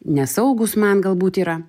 nesaugūs man galbūt yra